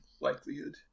likelihood